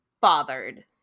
bothered